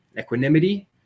equanimity